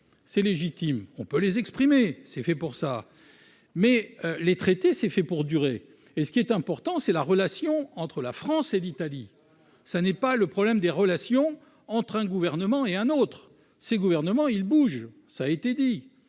c'est légitime, on peut les exprimer, c'est fait pour ça, mais les traiter, c'est fait pour durer, et ce qui est important, c'est la relation entre la France et l'Italie, ça n'est pas le problème des relations entre un gouvernement et un autre ces gouvernement il bouge, ça a été dit,